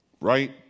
right